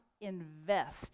invest